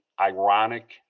ironic